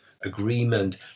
agreement